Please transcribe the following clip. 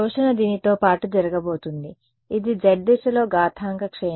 శోషణ దీనితో పాటు జరగబోతోంది ఇది z దిశలో ఘాతాంక క్షయం